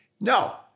No